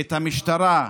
את המשטרה.